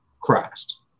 Christ